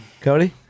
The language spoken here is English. cody